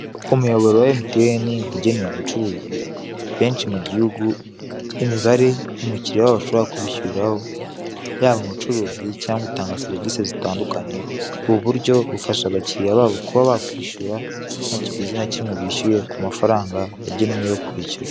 Umuyoboro wa MTN ugenewe abacuruzi benshi mu gihugu, imibare umukiriya wabo ashobora kubishyiraho, yaba mu bucuruzi cyangwa utanga serivisi zitandukanye, ubu buryo bufasha abakiriya babo kwishyura nta kiguzi na kimwe bishyuye ku mafaranga yagenwe yo kwishyura.